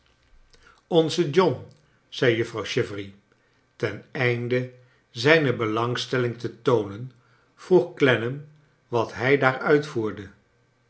onze john zei juffrouw chivery ten einde zijne belangs telling te toonen vroeg clennam wat hij daar uitvoerde